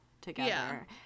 together